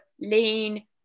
lean